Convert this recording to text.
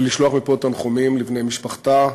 ולשלוח מפה תנחומים לבני משפחתה,